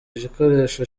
gikoresho